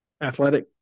Athletic